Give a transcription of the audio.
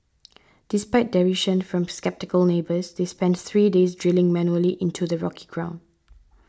despite derision from sceptical neighbours they spent three days drilling manually into the rocky ground